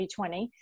2020